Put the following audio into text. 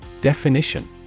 Definition